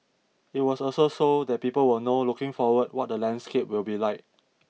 it was also so that people will know looking forward what the landscape will be like